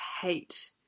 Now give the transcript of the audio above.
hate